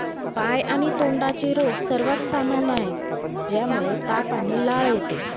पाय आणि तोंडाचे रोग सर्वात सामान्य आहेत, ज्यामुळे ताप आणि लाळ येते